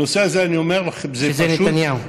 הנושא הזה, אני אומר לכם, זה פשוט, שזה נתניהו.